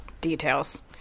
details